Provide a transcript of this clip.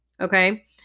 Okay